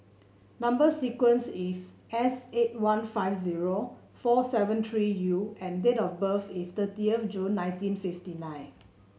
number sequence is S eight one five zero four seven three U and date of birth is thirty of June nineteen fifty nine